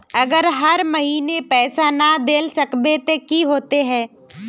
अगर हर महीने पैसा ना देल सकबे ते की होते है?